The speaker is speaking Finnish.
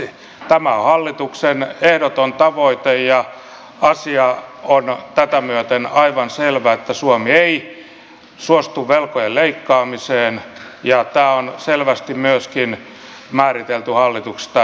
tämä on hallituksen ehdoton tavoite ja asia on tätä myöten aivan selvä että suomi ei suostu velkojen leikkaamiseen ja tämä on selvästi myöskin määritelty hallituksessa tämä yhteinen linja